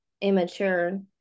immature